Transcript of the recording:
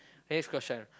next question